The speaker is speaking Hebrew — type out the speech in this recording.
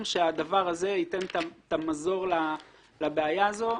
שהדבר הזה ייתן את המזור לבעיה הזאת.